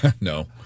No